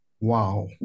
Wow